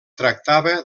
tractava